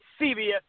CBS